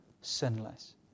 sinless